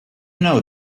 know